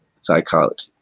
psychology